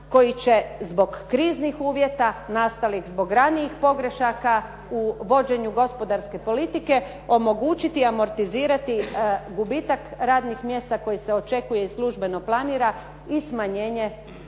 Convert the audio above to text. koji će zbog kriznih uvjeta nastalih zbog ranijih pogrešaka u vođenju gospodarske politike omogućiti i amortizirati gubitak radnih mjesta koji se očekuje i službeno planira, i smanjenje